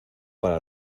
para